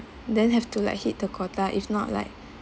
then have to like hit the quota if not like